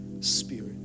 spirit